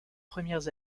premières